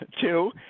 Two